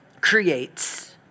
creates